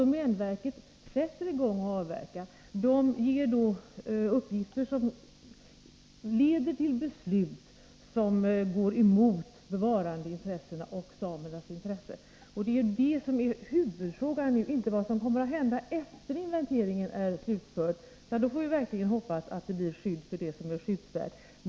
Domänverket sätter ju i gång och avverkar och ger då uppgifter som leder till beslut som går emot bevarandeintressena och samernas intressen. Det är det som är huvudfrågan —inte vad som kommer att hända efter det att inventeringen är slutförd. Då får vi verkligen hoppas att det blir skydd för det som är skyddsvärt.